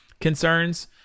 concerns